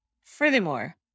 Furthermore